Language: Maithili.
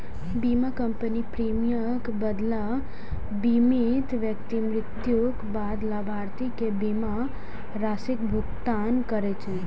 बीमा कंपनी प्रीमियमक बदला बीमित व्यक्ति मृत्युक बाद लाभार्थी कें बीमा राशिक भुगतान करै छै